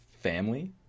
family